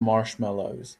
marshmallows